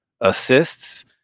assists